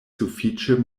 sufiĉe